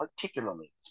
particularly